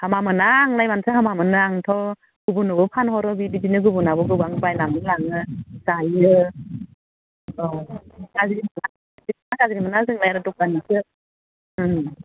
हामा मोना आंलाय मानोथो हामा मोननो आंथ' गुबुननोबो फानहरो बिदिनो गुबुनाबो गोबां बायनानै लाङो जायो औ गाज्रि मोना जेबो गाज्रि मोना जोंलाय आरो दखानिसो